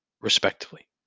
respectively